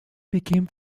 became